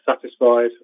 satisfied